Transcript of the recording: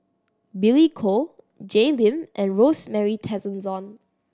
Billy Koh Jay Lim and Rosemary Tessensohn